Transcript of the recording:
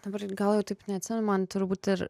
dabar gal jau taip neatsimenu man turbūt ir